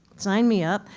sign me up.